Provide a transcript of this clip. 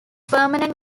permanent